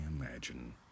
imagine